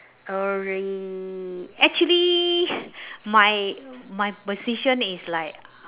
actually my my position is like